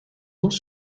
eaux